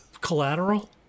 Collateral